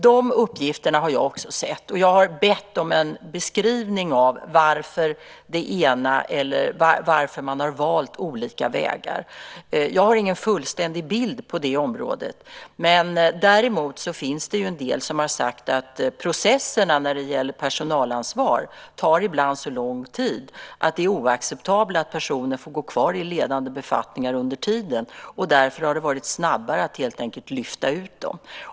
De uppgifterna har jag också sett, och jag har bett om en förklaring till varför man har valt olika vägar. Jag har ingen fullständig bild på det området. Men det finns de som har sagt att processerna när det gäller personalansvar ibland tar så lång tid att personer får gå kvar i ledande befattningar under tiden, vilket är oacceptabelt. Därför har processerna gått snabbare genom att man helt enkelt har lyft ut dem.